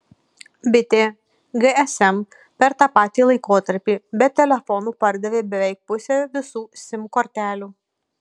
bitė gsm per tą patį laikotarpį be telefonų pardavė beveik pusę visų sim kortelių